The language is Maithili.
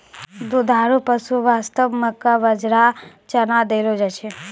दुधारू पशु वास्तॅ मक्का, बाजरा, चना देलो जाय छै